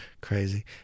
crazy